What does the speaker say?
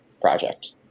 project